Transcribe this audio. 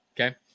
Okay